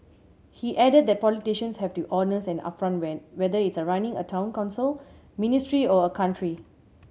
he added that politicians have to honest and upfront whether it running a Town Council ministry or country